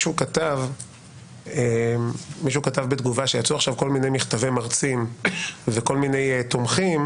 מישהו כתב בתגובה שיצאו עכשיו כל מיני מכתבי מרצים וכל מיני תומכים.